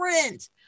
different